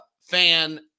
fan